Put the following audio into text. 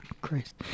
Christ